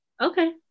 okay